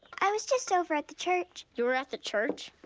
i was just over at the church. you were at the church?